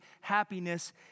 happiness